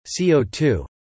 CO2